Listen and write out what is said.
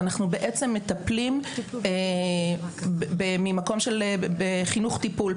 ואנחנו בעצם מטפלים במקום של חינוך טיפול,